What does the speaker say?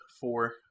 four